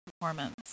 performance